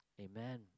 amen